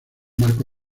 marco